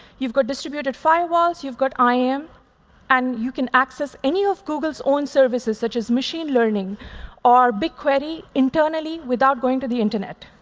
you've got distributed firewalls. you've got iam. and you can access any of google's own services, such as machine learning or bigquery, internally without going to the internet.